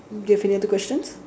do you have any other questions